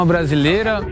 Brasileira